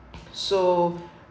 so